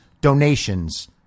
donations